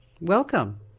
Welcome